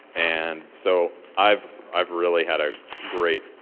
and so i've i've really had a great,